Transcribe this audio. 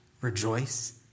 rejoice